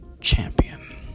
Champion